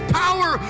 power